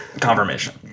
confirmation